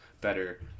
better